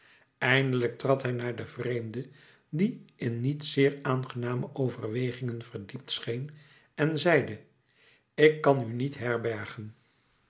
eindelijk trad hij naar den vreemde die in niet zeer aangename overwegingen verdiept scheen en zeide ik kan u niet herbergen